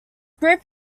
group